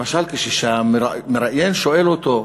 למשל, כשהמראיין שואל אותו,